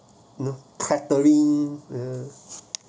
you know flickering